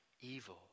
evil